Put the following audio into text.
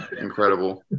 incredible